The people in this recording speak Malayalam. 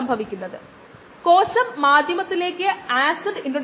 നമ്മൾ ഈ മൊഡ്യൂൾ 2ന്റെ അവസാനത്തിലെത്തിയെന്ന് ഞാൻ കരുതുന്നു 2